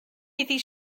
iddi